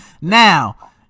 Now